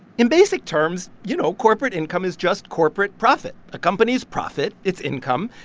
in basic terms, you know, corporate income is just corporate profit. a company's profit, its income,